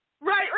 Right